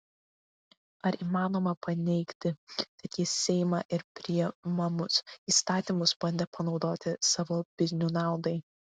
ar įmanoma paneigti kad jis seimą ir priimamus įstatymus bandė panaudoti savo biznių naudai